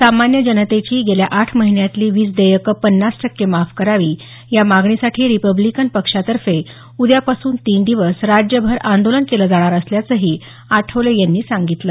सामान्य जनतेची गेल्या आठ महिन्यांतली वीज देयकं पन्नास टक्के माफ करावी या मागणीसाठी रिपब्लीकन पक्षातर्फे उद्यापासून तीन दिवस राज्यभर आंदोलन केलं जाणार असल्याचंही आठवले यांनी सांगितलं